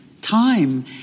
Time